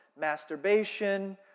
masturbation